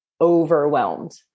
overwhelmed